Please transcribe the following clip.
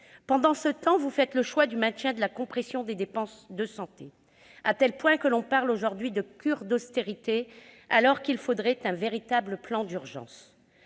Pendant ce temps, vous faites le choix du maintien de la compression des dépenses de santé, à tel point que l'on parle aujourd'hui de cure d'austérité, alors qu'il faudrait un véritable plan d'urgence.